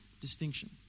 distinction